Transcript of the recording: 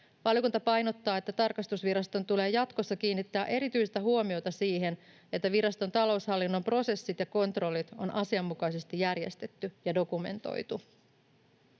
Valiokunta painottaa, että tarkastusviraston tulee jatkossa kiinnittää erityistä huomiota siihen, että viraston taloushallinnon prosessit ja kontrollit on asianmukaisesti järjestetty ja dokumentoitu.